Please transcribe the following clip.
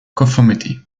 conformity